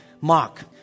Mark